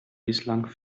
bislang